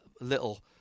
little